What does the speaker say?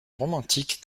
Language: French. romantique